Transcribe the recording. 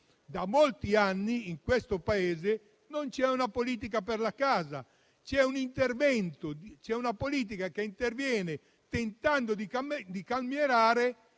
Da molti anni in questo Paese non c'è una politica per la casa; c'è una politica che interviene, tentando di calmierare